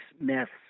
myths